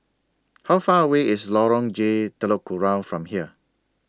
How Far away IS Lorong J Telok Kurau from here